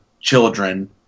children